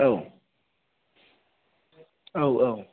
औ औ औ